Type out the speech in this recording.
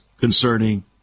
concerning